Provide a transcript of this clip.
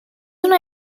una